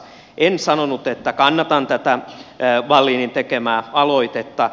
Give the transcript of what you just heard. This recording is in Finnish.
en sanonut että kannatan tätä wallinin tekemää aloitetta